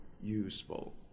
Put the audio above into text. useful